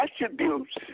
attributes